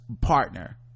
partner